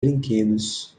brinquedos